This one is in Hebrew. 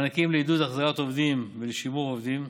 מענקים לעידוד החזרת עובדים ולשימור עובדים,